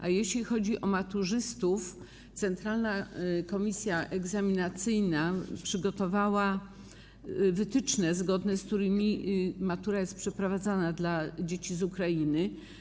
A jeśli chodzi o maturzystów, Centralna Komisja Egzaminacyjna przygotowała wytyczne, zgodnie z którymi jest przeprowadzana matura dla młodzieży z Ukrainy.